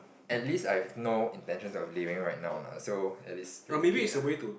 at least I have no intention of leaving right now lah so at least still okay lah